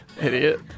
idiot